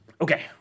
Okay